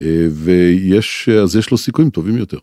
ויש אז יש לו סיכויים טובים יותר.